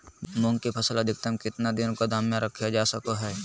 मूंग की फसल अधिकतम कितना दिन गोदाम में रखे जा सको हय?